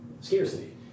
scarcity